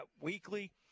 Weekly